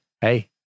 hey